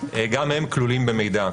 גם הם כלולים במידע.